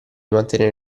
mantenere